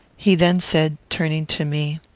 he then said, turning to me,